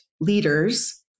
leaders